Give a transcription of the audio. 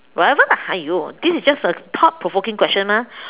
whatever lah !aiyo! this is just a thought provoking question mah